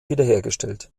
wiederhergestellt